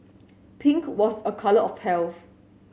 pink was a colour of health